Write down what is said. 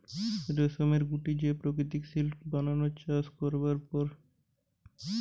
রেশমের গুটি যে প্রকৃত সিল্ক বানায় চাষ করবার পর